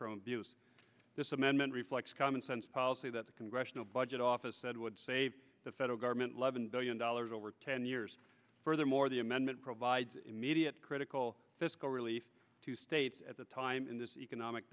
from this amendment reflects common sense policy that the congressional budget office said would save the federal government levon billion dollars over ten years furthermore the amendment provides immediate critical fiscal relief to states at the time in this economic